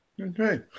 Okay